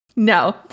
No